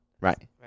Right